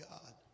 God